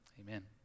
Amen